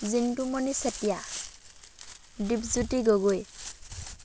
Jintumoni Chetia Dipjyoti Gogoi